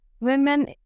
women